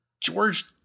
George